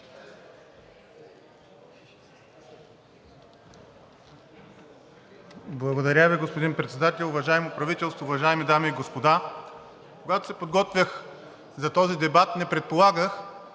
Благодаря Ви, господин Председател. Уважаемо правителство, уважаеми дами и господа! Когато се подготвях за този дебат, не предполагах,